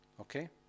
Okay